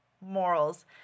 morals